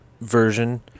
version